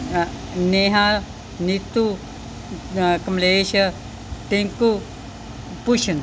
Neha Neetu Kamlesh Tinku Bhushan